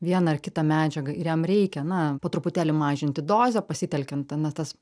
vieną ar kitą medžiagą ir jam reikia na po truputėlį mažinti dozę pasitelkiant na tas